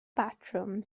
batrwm